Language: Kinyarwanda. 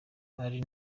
ari